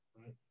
right